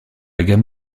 gamme